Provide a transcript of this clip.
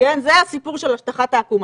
הסיפור של השטחת העקומה.